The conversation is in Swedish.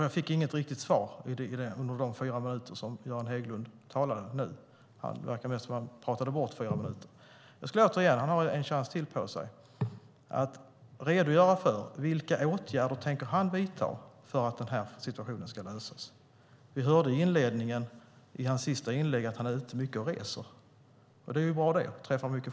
Jag fick inget riktigt svar under de fyra minuter som Göran Hägglund talade - det verkade mest som om han pratade bort fyra minuter - men han har en chans till på sig, och jag skulle återigen vilja att han redogör för vilka åtgärder han tänker vidta för att den här situationen ska lösas. Vi hörde i inledningen av hans senaste inlägg att han är mycket ute och reser och träffar mycket folk. Det är ju bra det.